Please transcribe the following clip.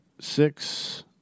six